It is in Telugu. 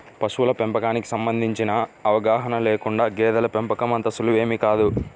పశువుల పెంపకానికి సంబంధించిన అవగాహన లేకుండా గేదెల పెంపకం అంత సులువేమీ కాదు